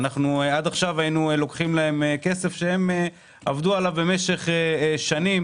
עד עכשיו היינו לוקחים להם כסף שעבדו עליו במשך שנים,